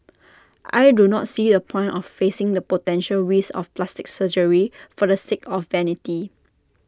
I do not see the point of facing the potential risks of plastic surgery for the sake of vanity